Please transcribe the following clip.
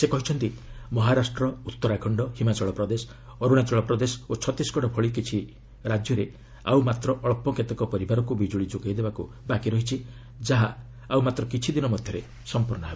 ସେ କହିଛନ୍ତି ମହାରାଷ୍ଟ୍ର ଉତ୍ତରାଖଣ୍ଡ ହିମାଚଳ ପ୍ରଦେଶ ଅର୍ତ୍ତାଚଳ ପ୍ରଦେଶ ଓ ଛତିଶଗଡ଼ ଭଳି କିଛି ରାଜ୍ୟରେ ଆଉ ମାତ୍ର ଅଳ୍ପ କେତେକ ପରିବାରକ୍ ବିଜ୍ଞ୍ଳି ଯୋଗାଇ ଦେବା ବାକି ରହିଛି ଯାହା ଆଉ ମାତ୍ର କିଛି ଦିନ ମଧ୍ୟରେ ସମ୍ପର୍ଣ୍ଣ ହେବ